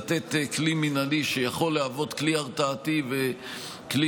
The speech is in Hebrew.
לתת כלי מינהלי שיכול להוות כלי הרתעתי וכלי